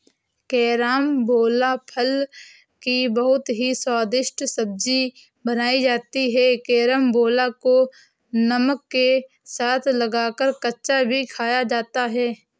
carambola फल की बहुत ही स्वादिष्ट सब्जी बनाई जाती है कैरमबोला को नमक के साथ लगाकर कच्चा भी खाया जाता है